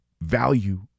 value